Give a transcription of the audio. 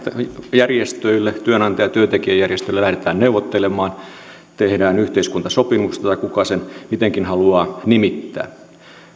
järjestöille työnantaja työntekijäjärjestöille lähdetään neuvottelemaan tehdään yhteiskuntasopimus tai kuka sen mitenkin haluaa nimittää